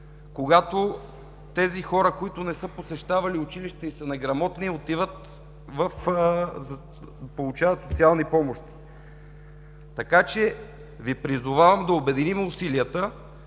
когато хората, които не са посещавали училище и са неграмотни, получават социални помощи. Призовавам Ви да обединим усилията